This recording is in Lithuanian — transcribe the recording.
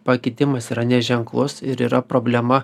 pakitimas yra neženklus ir yra problema